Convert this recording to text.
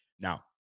Now